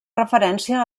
referència